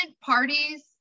parties